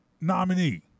nominee